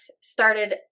started